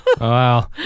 Wow